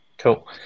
Cool